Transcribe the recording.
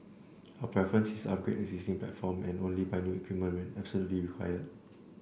our preference is to upgrade existing platforms and only buy new equipment when absolutely required